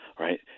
right